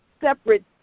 separate